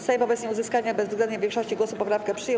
Sejm wobec nieuzyskania bezwzględnej większości głosów poprawkę przyjął.